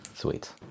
sweet